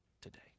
today